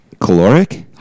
caloric